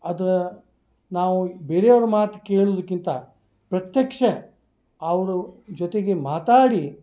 ಅದು ನಾವು ಬೇರೆಯವರ ಮಾತು ಕೇಳುವುದಕ್ಕಿಂತ ಪ್ರತ್ಯಕ್ಷ ಅವ್ರ ಜೊತೆಗೆ ಮಾತಾಡಿ